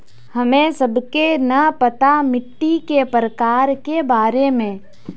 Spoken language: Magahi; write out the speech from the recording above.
हमें सबके न पता मिट्टी के प्रकार के बारे में?